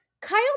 kyle